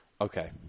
okay